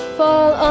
fall